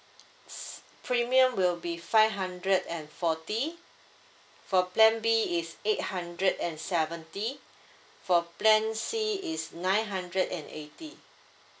premium will be five hundred and forty for plan B is eight hundred and seventy for plan C is nine hundred and eighty